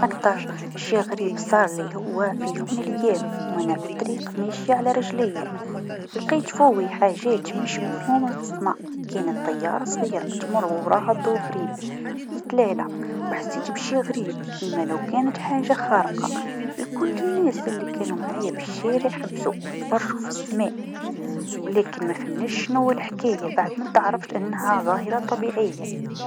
أكثر شي غريب صارلي هو في يوم من الايام و أنا في طريق ماشيه على رجليا لقيت فوي حاجات مش مفهومه في السما، كانت طيارة صغيره تمر و وراها ضو غريب لتلالا و حسيت بشي غريب كيما لو كانت حاجة خارقه، الكل الناس لكانوا معايا في الشارع حبسوا و تفرجوا في السماء، و لكن ما فهمناش شنوا الحكايه بعد ما تعرفت أنها ظاهره طبيعيه.